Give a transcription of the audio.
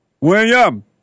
William